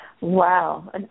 Wow